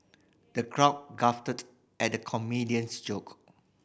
the crowd guffawed at the comedian's joke